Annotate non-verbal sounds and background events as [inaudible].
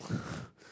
[breath]